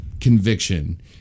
conviction